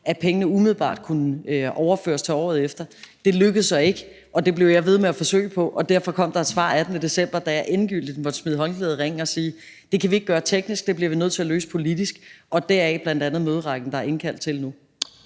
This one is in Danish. at pengene umiddelbart kunne overføres til året efter. Det lykkedes så ikke, og det blev jeg ved med at forsøge på, og derfor kom der et svar den 18. december, da jeg endegyldigt måtte smide håndklædet i ringen og sige, at det kan vi ikke gøre teknisk, at det bliver vi nødt til at løse politisk – og deraf bl.a. møderækken, der er indkaldt til nu.